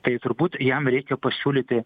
tai turbūt jam reikia pasiūlyti